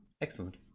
Excellent